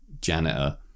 janitor